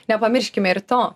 nepamirškime ir to